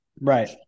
Right